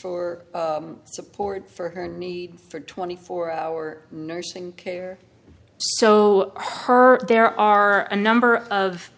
for support for her need for twenty four hour nursing care so her there are a number of